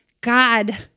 God